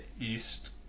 east